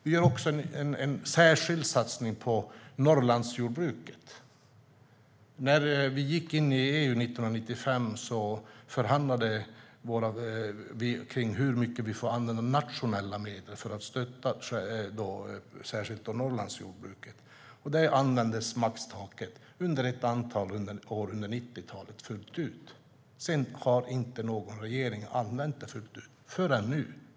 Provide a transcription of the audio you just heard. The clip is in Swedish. Vi gör också en särskild satsning på Norrlandsjordbruket. När Sverige blev medlem i EU 1995 förhandlades det fram hur mycket vi fick använda av nationella medel för att stötta särskilt Norrlandsjordbruket. Där användes maxtaket under ett antal år under 90-talet fullt ut. Sedan har inte någon regering använt maxtaket fullt ut förrän nu.